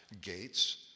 gates